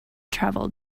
travel